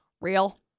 real